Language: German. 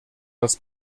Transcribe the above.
das